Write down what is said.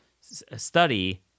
study